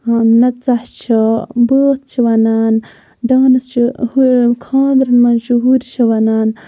نَژَان چھِ بٲتھ چھِ وَنان ڈانٕس چھِ خانٛدرَن منٛز چھِ ہُر چھِ وَنان